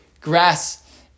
grass